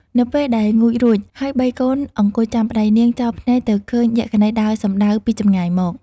នៅពេលដែលងូតរួច ហើយបីកូន អង្គុយចាំប្តី នាងចោលភ្នែកទៅឃើញយក្ខិនីដើរសំដៅពីចម្ងាយមក ។